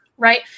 Right